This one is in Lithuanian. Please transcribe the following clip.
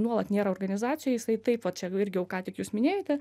nuolat nėra organizacijoj jisai taip va čia irgi jau ką tik jūs minėjote